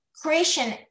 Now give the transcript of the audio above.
creation